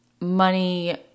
money